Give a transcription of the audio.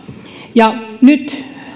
ja nyt